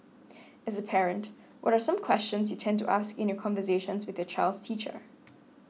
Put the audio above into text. as a parent what are some questions you tend to ask in your conversations with the child's teacher